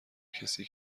کسی